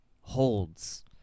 holds